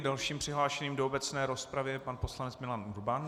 Dalším přihlášeným do obecné rozpravy je pan poslanec Milan Urban.